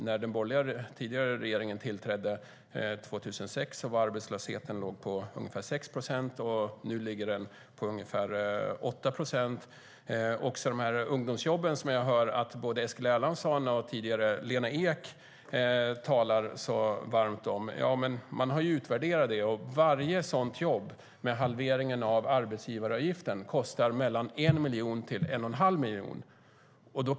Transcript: När den borgerliga regeringen tillträdde 2006 låg arbetslösheten på ungefär 6 procent. Nu ligger den på ungefär 8 procent.De ungdomsjobb som jag hör att både Eskil Erlandsson och tidigare Lena Ek talar så varmt om har man utvärderat. Varje sådant jobb med halveringen av arbetsgivaravgiften kostar mellan 1 och 1 1⁄2 miljon.